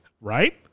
Right